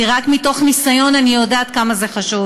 כי רק מתוך ניסיון אני יודעת כמה זה חשוב